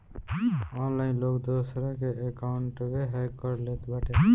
online लोग दूसरा के अकाउंटवे हैक कर लेत बाटे